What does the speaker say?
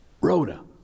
Rhoda